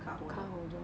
car holder